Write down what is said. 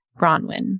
Bronwyn